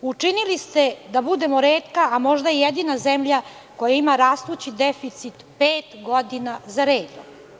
Učinili ste da budemo retka, a možda i jedina zemlja koja ima rastući deficit, pet godina za redom.